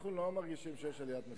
אנחנו לא מרגישים שיש עליית מחירים.